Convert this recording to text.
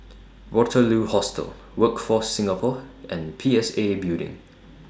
Waterloo Hostel Workforce Singapore and P S A Building